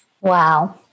Wow